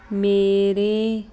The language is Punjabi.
ਮੇਰੇ